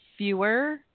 Fewer